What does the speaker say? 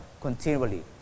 continually